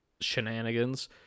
shenanigans